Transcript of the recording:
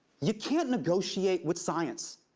you can't negotiate with science.